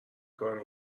کار